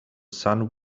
sun